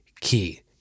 key